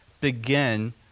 begin